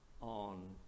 on